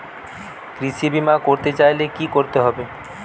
কৃষি বিমা করতে চাইলে কি করতে হবে?